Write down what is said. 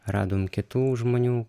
radom kitų žmonių